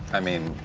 i mean,